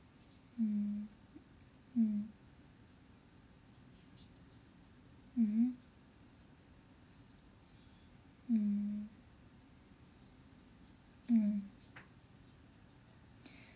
mm mm mmhmm mm mm